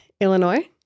Illinois